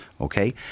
okay